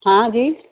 હા જી